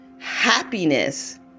Happiness